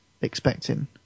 expecting